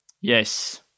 Yes